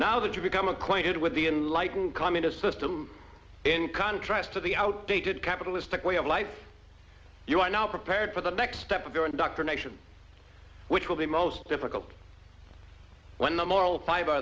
now that you become acquainted with the enlightened communist system in contrast to the outdated capitalistic way of life you are now prepared for the next step of the indoctrination which will be most difficult when the moral fib